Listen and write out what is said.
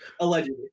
Allegedly